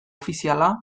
ofiziala